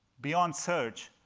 beyond search,